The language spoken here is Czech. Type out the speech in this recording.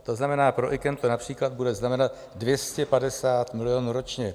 To znamená, pro IKEM to například bude znamenat 250 milionů ročně.